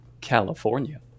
California